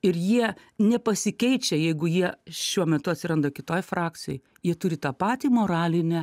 ir jie nepasikeičia jeigu jie šiuo metu atsiranda kitoj frakcijoj jie turi tą patį moralinę